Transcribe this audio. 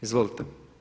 Izvolite.